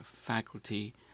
faculty